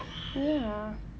ya